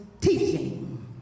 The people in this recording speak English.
teaching